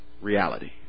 reality